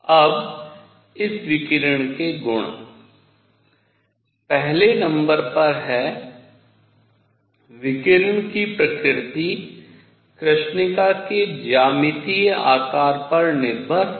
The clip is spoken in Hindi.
अब इस विकिरण के गुण पहले नंबर पर हैं विकिरण की प्रकृति कृष्णिका के ज्यामितीय आकार पर निर्भर नहीं करती है